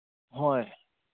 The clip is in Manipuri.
ꯍꯣꯏ